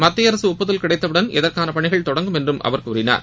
மத்திய அரசின் ஒப்புதல் கிடைத்தவுடன் இதற்கான பணிகள் தொடங்கும் என்றும் அவர் கூறினார்